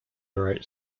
wrote